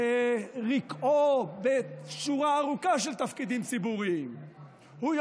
רקעו בשורה ארוכה של תפקידים ציבוריים יודע